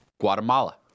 Guatemala